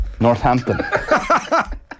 Northampton